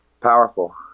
Powerful